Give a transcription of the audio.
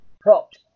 props